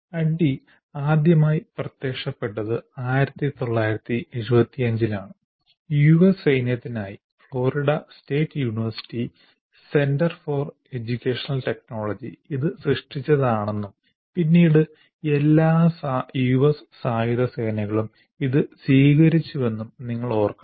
ADDIE ആദ്യമായി പ്രത്യക്ഷപ്പെട്ടത് 1975 ലാണ് യു എസ് സൈന്യത്തിനായി ഫ്ലോറിഡ സ്റ്റേറ്റ് യൂണിവേഴ്സിറ്റിയിലെ സെന്റർ ഫോർ എഡ്യൂക്കേഷൻ ടെക്നോളജി ഇത് സൃഷ്ടിച്ചതാണെന്നും പിന്നീട് എല്ലാ യുഎസ് സായുധ സേനകളും ഇത് സ്വീകരിച്ചുവെന്നും നിങ്ങൾ ഓർക്കണം